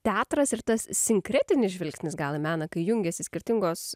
teatras ir tas sinkretinis žvilgsnis gal į mena kai jungiasi skirtingos